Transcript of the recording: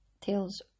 Tales